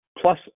plus